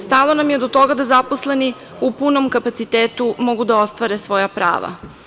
Stalo nam je do toga da zaposleni u punom kapacitetu mogu da ostvare svoja prava.